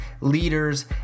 leaders